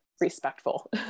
respectful